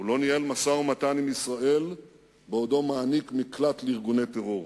הוא לא ניהל משא-ומתן עם ישראל בעודו מעניק מקלט לארגוני טרור.